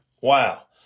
Wow